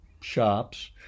shops